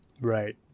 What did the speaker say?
Right